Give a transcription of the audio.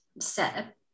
set